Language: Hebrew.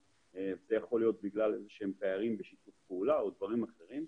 זה יכול להיות בגלל איזשהם פערים בשיתוף פעולה או דברים אחרים.